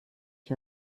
ich